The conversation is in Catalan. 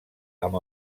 amb